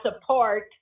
support